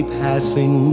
passing